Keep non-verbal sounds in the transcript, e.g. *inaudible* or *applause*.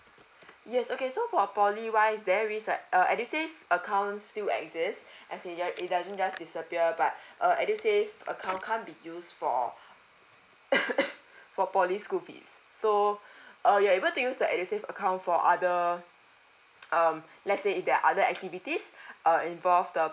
yes okay so for poly wise there is a uh edusave account still exist as in your it doesn't just disappear but uh edusave account can't be used for *coughs* for poly school fees so uh you're able to use the edusave account for other um let's say if there are other activities uh involve the